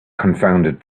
confounded